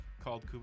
called